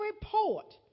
report